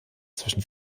zwischen